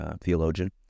theologian